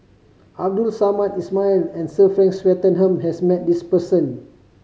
Abdul Samad Ismail and Sir Frank Swettenham has met this person